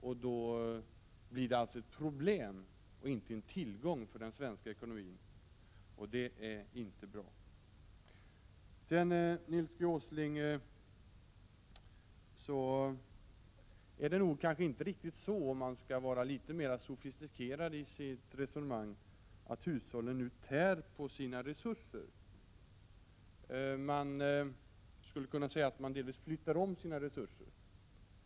Sparandet blir alltså ett problem och inte en tillgång för den svenska ekonomin, och det är inte bra. Vidare, Nils G Åsling, är det kanske inte riktigt så — om man skall vara litet mer sofistikerad i sitt resonemang — att hushållen nu tär på sina resurser. Man skulle kunna säga att hushållen delvis flyttar om sina resurser.